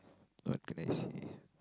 what can I say